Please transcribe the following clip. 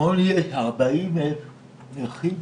כמוני יש 40,000 נכים